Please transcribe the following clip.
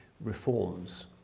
reforms